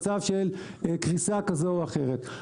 מצב של קריסה כזאת או אחרת.